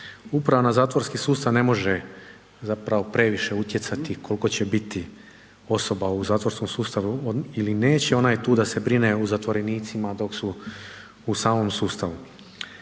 upravo na zatvorski sustav ne može zapravo previše utjecati koliko će biti osoba u zatvorskom sustavu ili neće, ona je tu da se brine o zatvorenicima dok su u samom sustavu.